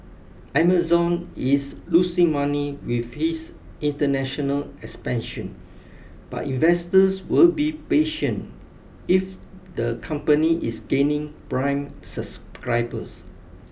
Amazon is losing money with its international expansion but investors will be patient if the company is gaining prime subscribers